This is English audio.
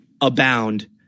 abound